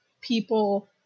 people